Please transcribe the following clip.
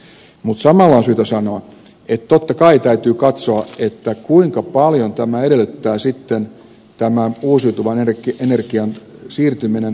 mutta samalla on syytä sanoa että totta kai täytyy katsoa kuinka paljon tämä edellyttää sitten tämä on uusiutuva uusiutuvaan energiaan siirtyminen edellyttää verotukia